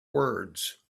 words